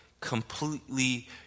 completely